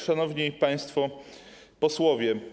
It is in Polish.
Szanowni Państwo Posłowie!